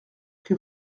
que